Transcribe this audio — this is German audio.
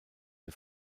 der